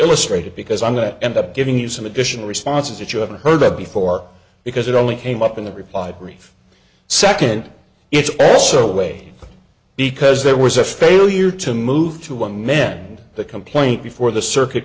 illustrate it because i'm going to end up giving you some additional responses that you haven't heard before because it only came up in the reply brief second it's also way because there was a failure to move to one men and the complaint before the circuit